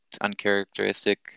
uncharacteristic